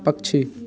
पक्षी